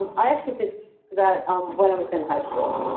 but i actually did that um when i was in high school.